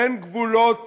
אין גבולות